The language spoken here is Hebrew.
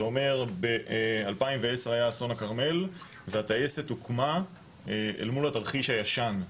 זה אומר ב-2010 היה אסון הכרמל והטייסת הוקמה אל מול התרחיש הישן.